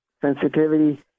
sensitivity